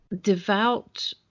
devout